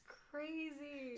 crazy